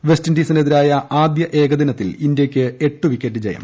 വെസ്റ്ഇൻഡീസിനെതിരായ ആദ്യ ഏകദിനത്തിൽ ഇന്ത്യയ്ക്ക് എട്ട് വിക്കറ്റ് വിജയം